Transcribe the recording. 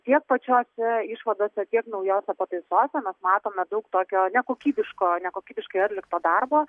tiek pačiose išvadose tiek naujose pataisose mes matome daug tokio nekokybiško nekokybiškai atlikto darbo